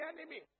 enemy